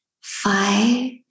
five